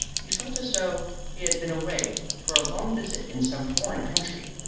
he felt as though he had been away for a long visit in some foreign country.